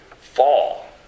fall